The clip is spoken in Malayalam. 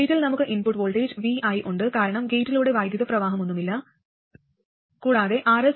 ഗേറ്റിൽ നമുക്ക് ഇൻപുട്ട് വോൾട്ടേജ് vi ഉണ്ട് കാരണം ഗേറ്റിലൂടെ വൈദ്യുത പ്രവാഹമൊന്നുമില്ല കൂടാതെ Rs ഉണ്ട്